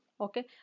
okay